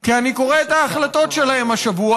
כי אני קורא את ההחלטות שלהם השבוע